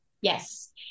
yes